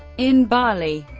in bali,